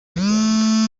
uganda